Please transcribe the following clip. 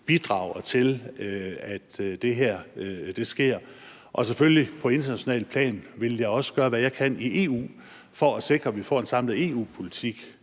bidrager til, at det her sker. Og selvfølgelig vil jeg i forhold til det internationale plan også gøre, hvad jeg kan, i EU for at sikre, at vi får en samlet EU-politik,